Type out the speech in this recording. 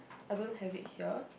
I don't have it here